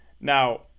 Now